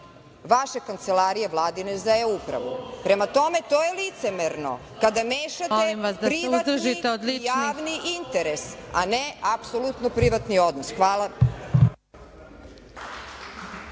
Vladine kancelarije za e-upravu. Prema tome, to je licemerno, kada mešate privatni i javni interes, a ne apsolutni privatni odnos. Hvala.